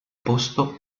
posto